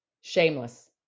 shameless